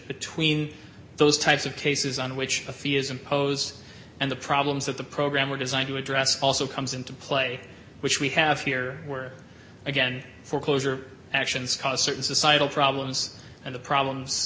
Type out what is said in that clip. between those types of cases on which a fee is imposed and the problems that the program were designed to address also comes into play which we have here where again foreclosure actions cause certain societal problems and the problems